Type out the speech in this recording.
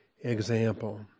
example